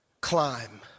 climb